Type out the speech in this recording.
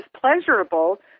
pleasurable